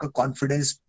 confidence